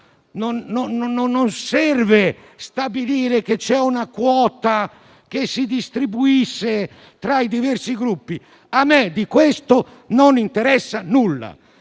non serve stabilire che c'è una quota che si distribuisce tra i diversi Gruppi. A me di questo non interessa nulla.